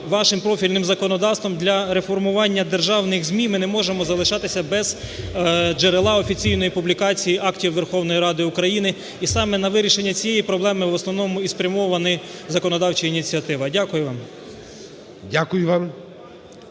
вашим профільним законодавством для реформування державних ЗМІ, ми не можемо залишатися без джерела офіційної публікації актів Верховної Ради України. І саме на вирішення цієї проблеми в основному і спрямована законодавча ініціатива. Дякую вам. ГОЛОВУЮЧИЙ.